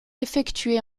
effectuées